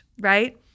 right